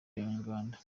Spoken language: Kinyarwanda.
abanyarwanda